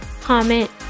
comment